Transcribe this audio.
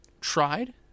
tried